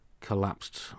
collapsed